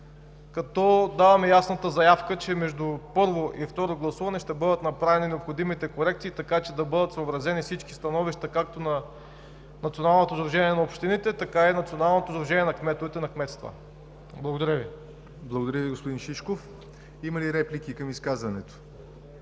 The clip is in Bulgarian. като даваме ясната заявка, че между първо и второ гласуване ще бъдат направени необходимите корекции, така че да бъдат съобразени всички становища както на Националното сдружение на общините, така и на Националното сдружение на кметовете на кметства. Благодаря Ви. ПРЕДСЕДАТЕЛ ЯВОР НОТЕВ: Благодаря Ви, господин Шишков. Има ли реплики към изказването?